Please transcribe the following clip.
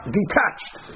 detached